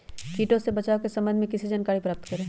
किटो से बचाव के सम्वन्ध में किसी जानकारी प्राप्त करें?